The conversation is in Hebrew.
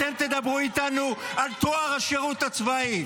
לא אתם תדברו איתנו על טוהר השירות הצבאי.